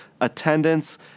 attendance